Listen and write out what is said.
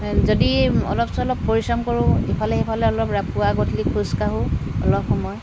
যদি অলপ চলপ পৰিশ্ৰম কৰোঁ ইফালে সিফালে অলপ পুৱা গধূলি খোজকাঢ়োঁ অলপ সময়